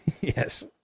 Yes